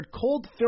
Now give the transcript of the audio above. cold